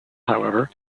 however